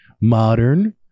modern